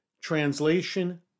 translation